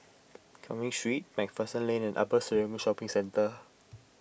Cumming Street MacPherson Lane and Upper Serangoon Shopping Centre